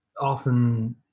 often